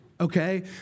okay